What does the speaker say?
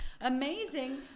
amazing